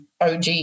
OG